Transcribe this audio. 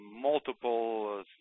multiple